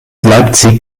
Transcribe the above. leipzig